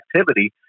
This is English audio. activity